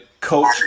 Coach